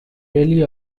rarely